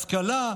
השכלה,